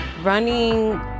Running